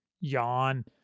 Yawn